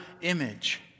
image